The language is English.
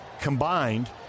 combined